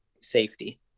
safety